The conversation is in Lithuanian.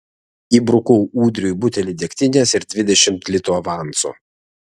įbrukau ūdriui butelį degtinės ir dvidešimt litų avanso